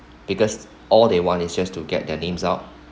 because all they want is just to get their names out